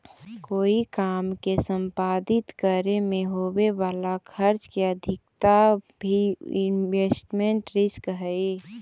कोई काम के संपादित करे में होवे वाला खर्च के अधिकता भी इन्वेस्टमेंट रिस्क हई